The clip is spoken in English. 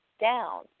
down